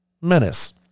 menace